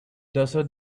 desert